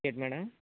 ఏంటి మేడం